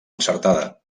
encertada